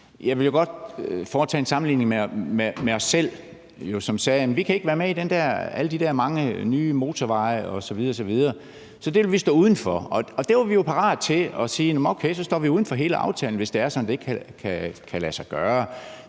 Jeg vil jo godt foretage en sammenligning med os selv. Vi sagde, at vi kan ikke være med til alle de der mange nye motorveje osv. osv., så der vil vi stå uden for. Vi var jo parate til at sige, at jamen okay, så står vi uden for hele aftalen, hvis det er sådan, at det ikke kan lade sig gøre.